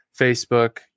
Facebook